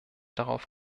darauf